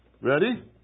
Ready